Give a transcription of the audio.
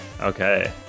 okay